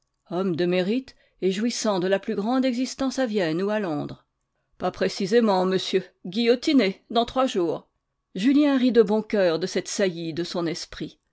homme de mérite et jouissant de la plus grande existence à vienne ou à londres pas précisément monsieur guillotiné dans trois jours julien rit de bon coeur de cette saillie de son esprit